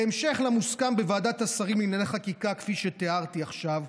בהמשך למוסכם בוועדת השרים לענייני חקיקה כפי שתיארתי עכשיו,